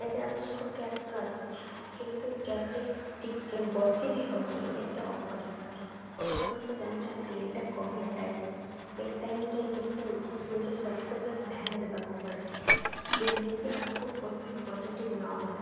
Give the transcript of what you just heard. ଏବେ ଆପଣଙ୍କ କ୍ୟାବ୍ ତ ଆସିଛି କିନ୍ତୁ କ୍ୟାବ୍ରେ ବସି ବି ହେବନି ଏତେ ଅପରିଷ୍କାର ଆପଣ ତ ଜାଣିଛନ୍ତି ଏଇଟା କୋଭିଡ଼୍ ଟାଇମ୍ ଏ ଟାଇମ୍ରେ କେତେ ନିଜ ସ୍ୱାସ୍ଥ୍ୟ ପ୍ରତି ଧ୍ୟାନ ଦେବାକୁ ପଡ଼େ ଯେମିତିକି ଆମକୁ କୋଭିଡ଼୍ ପଜିଟିଭ୍ ନହେଉ